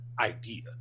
idea